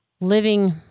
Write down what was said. living